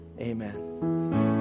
Amen